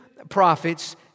prophets